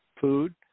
food